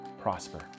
prosper